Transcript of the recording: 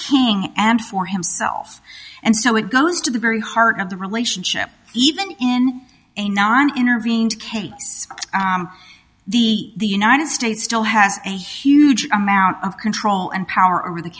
king and for himself and so it goes to the very heart of the relationship even in a non intervened case the the united states still has a huge amount of control and power over the